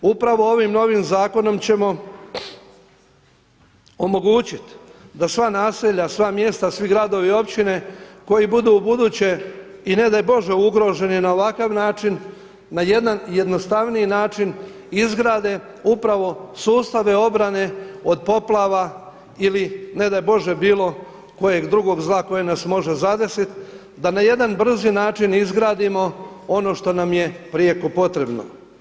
Upravo ovim novim zakonom ćemo omogućiti da sva naselja, sva mjesta, svi gradovi i općine koji budu ubuduće i ne daj Bože ugroženi na ovakav način na jedan jednostavniji način izgrade upravo sustave obrane od poplava ili ne daj Bože bilo kojeg drugog zla koje nas može zadesit, da na jedan brzi način izgradimo ono što nam je prijeko potrebno.